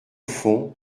fond